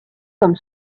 comme